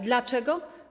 Dlaczego?